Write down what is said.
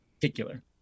particular